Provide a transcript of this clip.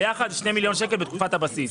ביחד זה 2 מיליון שקל בתקופת הבסיס.